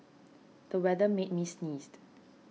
the weather made me sneezed